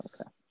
Okay